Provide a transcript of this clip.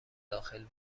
داخل